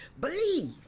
Believe